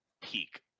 peak